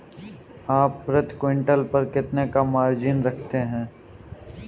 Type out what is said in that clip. आप प्रति क्विंटल पर कितने का मार्जिन रखते हैं?